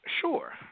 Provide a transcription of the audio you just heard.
Sure